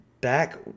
back